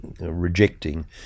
rejecting